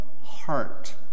heart